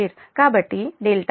కాబట్టి δ వాస్తవానికి 2